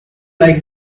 like